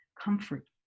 comfort